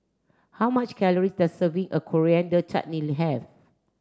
how much calorie does a serving of Coriander Chutney have